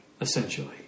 essentially